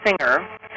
singer